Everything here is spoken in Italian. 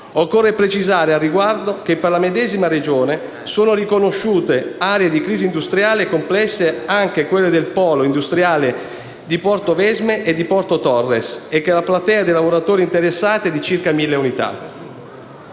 Occorre precisare, al riguardo, che per la medesima Regione sono riconosciute come aree di crisi industriale complessa anche quelle del polo industriale di Portovesme e di Porto Torres e che la platea dei lavoratori interessati è di circa 1.000 unità.